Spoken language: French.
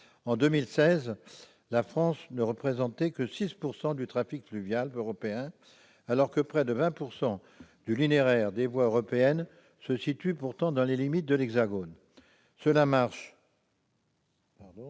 En 2016, la France ne représentait que 6 % du trafic fluvial européen, alors que près de 20 % du linéaire des voies européennes se situent dans les limites de l'Hexagone. Cela marche en